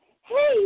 hey